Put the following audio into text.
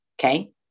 okay